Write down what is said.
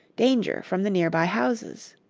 danger from the near-by houses.